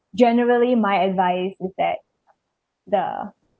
generally my advice is that the